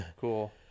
Cool